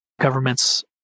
governments